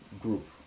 group